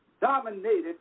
dominated